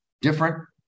different